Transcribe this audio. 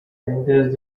enters